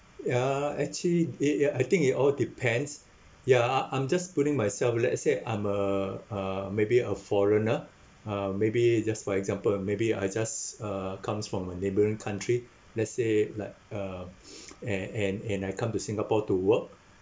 ya actually it ya I think it all depends ya I I'm just putting myself let's say I'm a uh maybe a foreigner uh maybe just for example maybe I just uh comes from a neighbouring country let's say like uh and and and I come to singapore to work